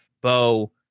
Bo